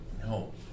No